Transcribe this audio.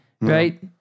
right